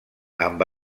amb